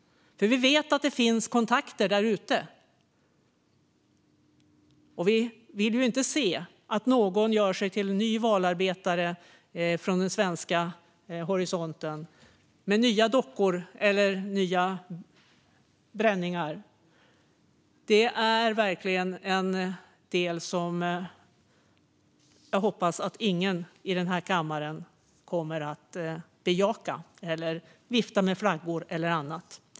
Vi vet att det finns kontakter där ute, men vi vill inte se att någon gör sig till valarbetare med nya dockor, nya bränningar eller flaggviftande. Jag hoppas att ingen i denna kammare kommer att bejaka detta. Herr talman!